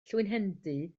llwynhendy